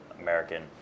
American